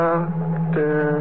Doctor